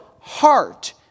heart